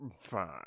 Fine